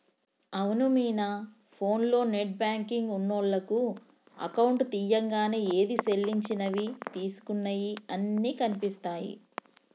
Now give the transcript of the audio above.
అవును మీనా ఫోన్లో నెట్ బ్యాంకింగ్ ఉన్నోళ్లకు అకౌంట్ తీయంగానే ఏది సెల్లించినవి తీసుకున్నయి అన్ని కనిపిస్తాయి